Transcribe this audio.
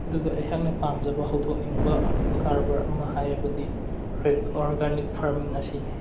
ꯑꯗꯨꯒ ꯑꯩꯍꯥꯛꯅ ꯄꯥꯝꯖꯕ ꯍꯧꯗꯣꯛꯅꯤꯡꯕ ꯀꯔꯕꯥꯔ ꯑꯃ ꯍꯥꯏꯔꯕꯗꯤ ꯑꯣꯔꯒꯥꯅꯤꯛ ꯐꯥꯔꯃꯤꯡ ꯑꯁꯤꯅꯤ